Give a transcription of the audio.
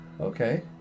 Okay